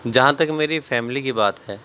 جہاں تک میری فیملی کی بات ہے